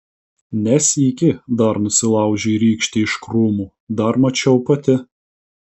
ne sykį dar nusilaužei rykštę iš krūmų dar mačiau pati